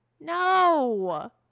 no